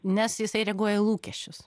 nes jisai reaguoja į lūkesčius